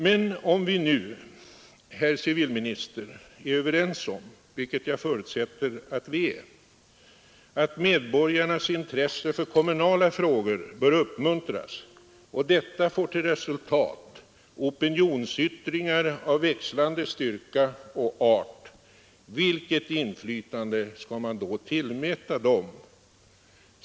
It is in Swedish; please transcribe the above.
Men om vi nu, herr civilminister, är överens om — vilket jag förutsätter att vi är — att medborgarnas intresse för kommunala frågor bör uppmuntras och detta får till resultat opinionsyttringar av växlande styrka och art, vilket inflytande skall man då tillmäta dem?